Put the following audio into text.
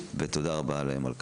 ותודה רבה לה על כך,